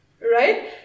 right